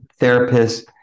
therapists